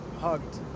hugged